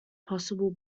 possible